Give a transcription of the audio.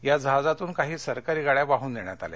या जहाजातून काही सरकारी गाड्या वाहन नेण्यात आल्या